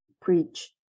preach